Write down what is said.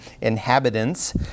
inhabitants